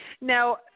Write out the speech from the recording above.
Now